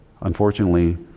unfortunately